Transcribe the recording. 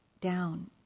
down